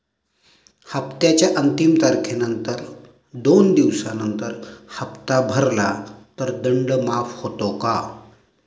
हप्त्याच्या अंतिम तारखेनंतर दोन दिवसानंतर हप्ता भरला तर दंड माफ होतो का?